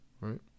Right